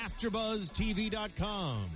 AfterBuzzTV.com